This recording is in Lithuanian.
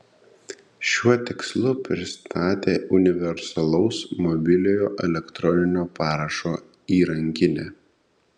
šiuo tikslu pristatė universalaus mobiliojo elektroninio parašo įrankinę